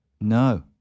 no